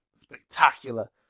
spectacular